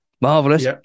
Marvelous